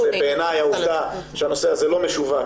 בעיניי העובדה שהנושא הזה לא משווק,